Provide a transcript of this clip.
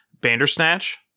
Bandersnatch